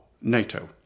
NATO